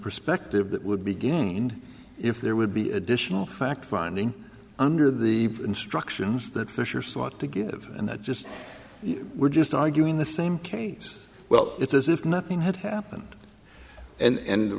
perspective that would be gained if there would be additional fact finding under the instructions that fisher sought to give and that just you were just arguing the same case well it's as if nothing had happened and